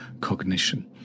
cognition